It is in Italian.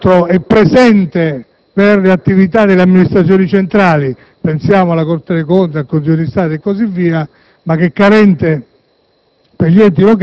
che, tra l'altro, è presente per le attività delle amministrazioni centrali, pensiamo alla Corte dei conti, al Consiglio di Stato e così via, ma è carente